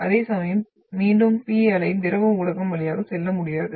அதேசமயம் மீண்டும் P அலை திரவ ஊடகம் வழியாக செல்ல முடியாது